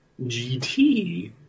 GT